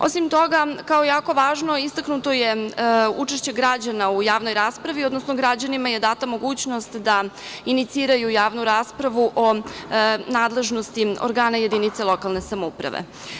Osim toga, kao jako važno istaknuto je učešće građana u javnoj raspravi, odnosno građanima je data mogućnost da iniciraju javnu raspravu o nadležnosti organa jedinice lokalne samouprave.